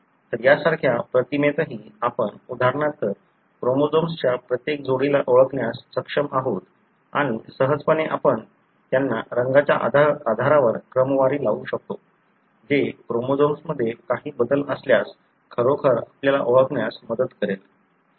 तर यासारख्या प्रतिमेतही आपण उदाहरणार्थ क्रोमोझोम्सच्या प्रत्येक जोडीला ओळखण्यास सक्षम आहात आणि सहजपणे आपण त्यांना रंगाच्या आधारावर क्रमवारी लावू शकतो जे क्रोमोझोम्समध्ये काही बदल असल्यास खरोखर आपल्याला ओळखण्यास मदत करत असेल